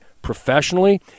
professionally